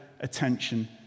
attention